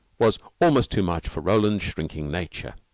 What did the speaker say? was almost too much for roland's shrinking nature.